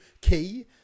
key